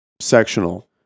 sectional